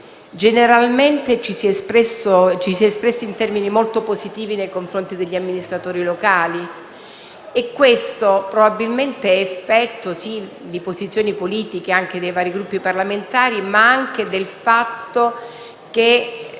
Generalmente ci si è espressi in termini molto positivi nei confronti degli amministratori locali e ciò, probabilmente, per effetto di posizioni politiche dei vari Gruppi parlamentari, ma anche perché